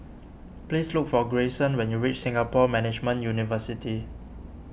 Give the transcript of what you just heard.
please look for Grayson when you reach Singapore Management University